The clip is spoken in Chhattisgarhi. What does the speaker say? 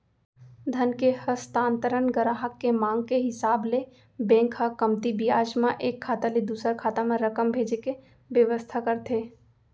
धन के हस्तांतरन गराहक के मांग के हिसाब ले बेंक ह कमती बियाज म एक खाता ले दूसर खाता म रकम भेजे के बेवस्था करथे